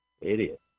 Idiot